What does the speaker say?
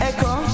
Echo